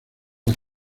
las